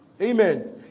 Amen